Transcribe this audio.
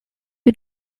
you